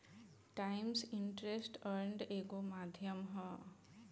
times interest earned एगो माध्यम ह